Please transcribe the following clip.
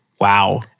Wow